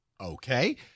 Okay